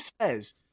says